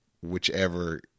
whichever